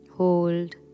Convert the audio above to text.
Hold